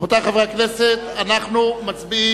רבותי חברי הכנסת, אנחנו מצביעים